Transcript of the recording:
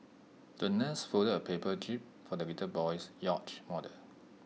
the nurse folded A paper jib for the little boy's yacht model